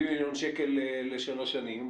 70 מיליון שקלים לשלוש שנים,